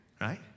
Right